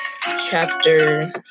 chapter